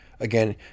Again